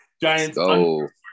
Giants